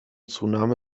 zunahme